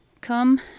come